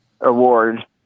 award